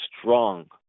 strong